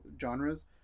genres